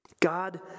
God